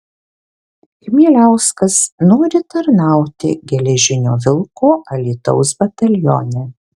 chmieliauskas nori tarnauti geležinio vilko alytaus batalione